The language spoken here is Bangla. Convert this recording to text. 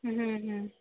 হুম হুম